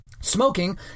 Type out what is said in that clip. Smoking